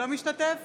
אינו משתתף